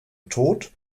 tod